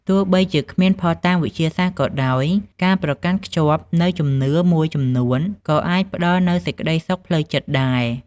ទោះបីជាគ្មានភស្តុតាងវិទ្យាសាស្ត្រក៏ដោយ ការប្រកាន់ខ្ជាប់នូវជំនឿមួយចំនួនក៏អាចផ្តល់នូវសេចក្តីសុខផ្លូវចិត្តដែរ ។